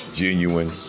genuine